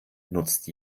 nutzt